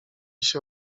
się